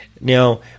Now